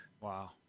Wow